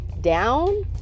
down